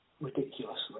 ridiculously